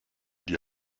die